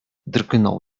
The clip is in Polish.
drgnął